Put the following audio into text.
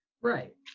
Right